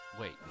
Wait